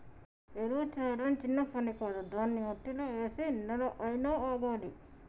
ఎరువు చేయడం చిన్న పని కాదు దాన్ని మట్టిలో వేసి నెల అయినా ఆగాలి